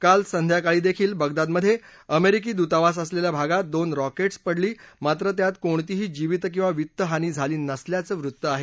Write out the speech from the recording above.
काल संध्याकाळी देखील बगदादमधे अमेरिकी दूतावास असलेल्या भागात दोन रॉके ऊर् पडली मात्र त्यात कोणतीही जीवित किंवा वित्त हानी झाली नसल्याचं वृत्त आहे